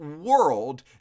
world